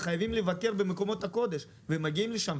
חייבים לבקר במקומות הקדושים, והם מגיעים לשם.